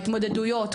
ההתמודדויות,